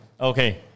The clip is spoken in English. Okay